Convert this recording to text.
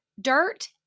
dirt